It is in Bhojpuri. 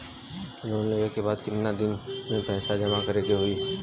लोन लेले के बाद कितना दिन में पैसा जमा करे के होई?